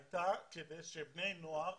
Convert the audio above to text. הייתה כדי שבני נוער